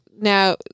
now